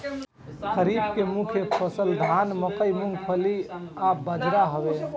खरीफ के मुख्य फसल धान मकई मूंगफली आ बजरा हवे